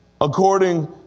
according